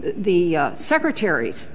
the secretaries